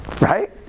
Right